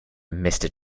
mister